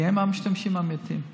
כי הם המשתמשים האמיתיים.